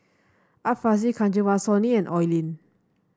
Art Fazil Kanwaljit Soin and Oi Lin